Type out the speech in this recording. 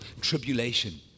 tribulation